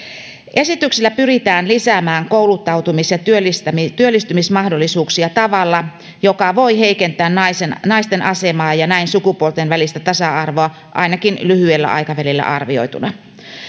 esityksellä pyritään lisäämään kouluttautumis ja työllistymismahdollisuuksia tavalla joka voi heikentää naisten naisten asemaa ja näin sukupuolten välistä tasa arvoa ainakin lyhyellä aikavälillä arvioituna